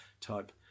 type